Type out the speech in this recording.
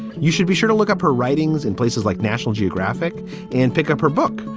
you should be sure to look up her writings in places like national geographic and pick up her book,